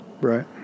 Right